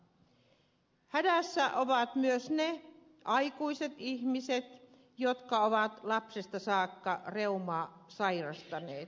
hädässä ovat myös ne aikuiset ihmiset jotka ovat lapsesta saakka reumaa sairastaneet